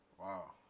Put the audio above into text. Wow